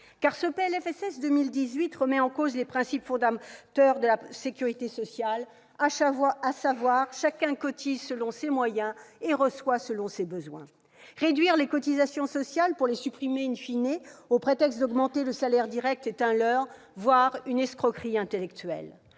sociale pour 2018 remet en cause les principes fondateurs de la sécurité sociale qui veulent que chacun cotise selon ses moyens et reçoive selon ses besoins. Réduire les cotisations sociales, pour les supprimer, sous prétexte d'augmenter le salaire direct est un leurre, voire une escroquerie intellectuelle.